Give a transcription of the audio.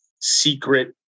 secret